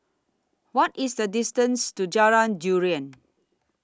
What IS The distance to Jalan Durian